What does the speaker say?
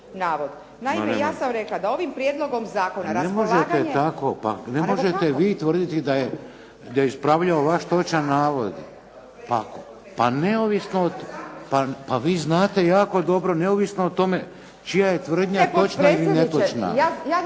Naime, ja sam rekla da ovim prijedlogom zakona… **Šeks, Vladimir (HDZ)** Ne možete tako, pa ne možete vi tvrditi da je ispravljao vaš točan navod. Pa neovisno, pa vi znate jako dobro neovisno o tome čija je tvrdnja točna ili netočna.